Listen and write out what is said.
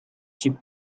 she